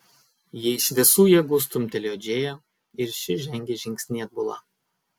ji iš visų jėgų stumtelėjo džėją ir ši žengė žingsnį atbula